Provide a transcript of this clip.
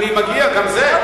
אני מגיע גם לזה.